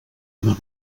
menor